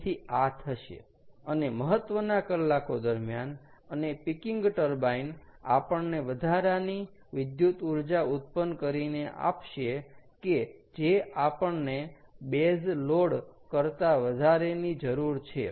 તેથી આ થશે અને મહત્વના કલાકો દરમ્યાન અને પીકિંગ ટર્બાઈન આપણને વધારાની વિદ્યુત ઊર્જા ઉત્પન્ન કરીને આપશે કે જે આપણને બેઝ લોડ કરતા વધારેની જરૂર છે